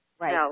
Right